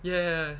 ya ya ya